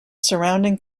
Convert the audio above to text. surrounding